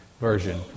version